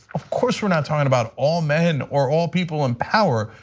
of course we are not talking about all men or all people in power,